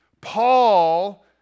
Paul